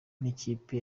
n’ikipe